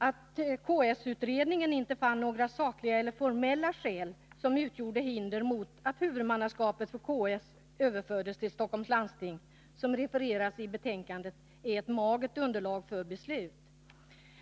Att KS-utredningen inte fann några sakliga eller formella skäl som utgjorde hinder mot att huvudmannaskapet för KS överfördes till Stockholms läns landsting, såsom refereras i betänkandet, är ett magert underlag för beslut.